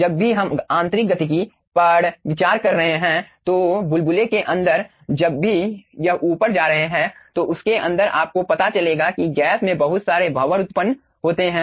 जब भी हम आंतरिक गतिकी पर विचार कर रहे हैं तो बुलबुले के अंदर जब भी यह ऊपर जा रहे है तो उसके अंदर आपको पता चलेगा कि गैस में बहुत सारे भंवर उत्पन्न होते हैं